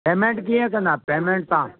payment कीअं कंदा payment तव्हां